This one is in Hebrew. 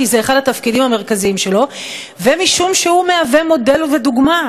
כי זה אחד התפקידים המרכזיים שלו ומשום שהוא מודל ודוגמה,